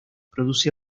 produce